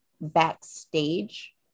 backstage